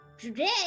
Today